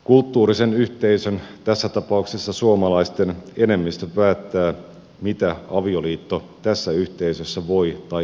kulttuurisen yhteisön tässä tapauksessa suomalaisten enemmistö päättää mitä avioliitto tässä yhteisössä voi tai ei voi tarkoittaa